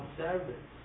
service